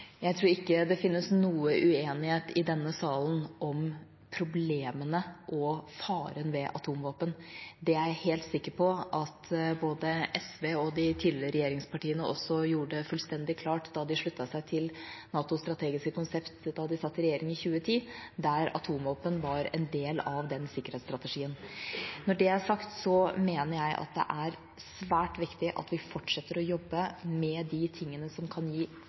Jeg tror ikke det fins noen uenighet i denne salen om problemene med og faren ved atomvåpen. Det er jeg helt sikker på at både SV og de tidligere regjeringspartiene også gjorde fullstendig klart da de sluttet seg til NATOs strategiske konsept da de satt i regjering i 2010, der atomvåpen var en del av den sikkerhetsstrategien. Når det er sagt, mener jeg at det er svært viktig at vi fortsetter å jobbe med de tingene som kan gi